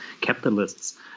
capitalists